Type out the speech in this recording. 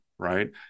right